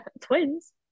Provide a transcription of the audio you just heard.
Twins